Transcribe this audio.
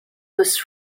was